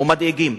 ומדאיגים.